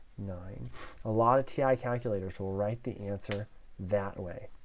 nine a lot of ti ah calculators will write the answer that way.